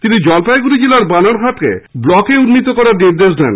তিনি জলপাইগুড়ি জেলার বানারহাটকে ব্লকে উন্নীত করার নির্দেশ দেন